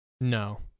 No